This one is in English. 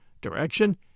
direction